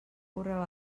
correu